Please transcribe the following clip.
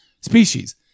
Species